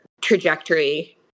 trajectory